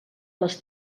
les